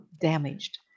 damaged